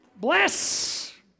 Bless